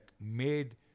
made